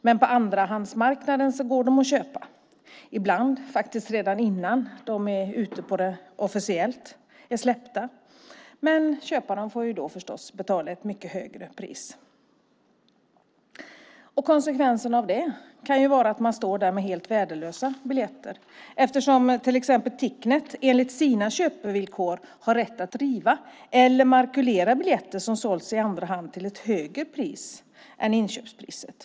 Men på andrahandsmarknaden går de att köpa, ibland faktiskt redan innan de officiellt är släppta, men köparen får då förstås betala ett mycket högre pris. Konsekvensen av det kan vara att man står där med helt värdelösa biljetter eftersom till exempel Ticnet enligt sina köpevillkor har rätt att riva eller makulera biljetter som har sålts i andra hand till ett högre pris än inköpspriset.